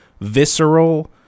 visceral